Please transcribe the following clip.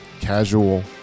casual